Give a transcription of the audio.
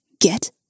Get